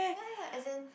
ya as in